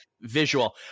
visual